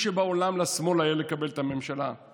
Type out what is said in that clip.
שואל את היועצת המשפטית שם: